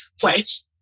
place